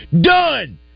done